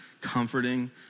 comforting